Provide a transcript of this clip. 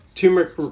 Turmeric